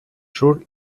sur